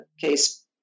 case